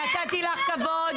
נתתי לך כבוד.